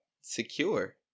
secure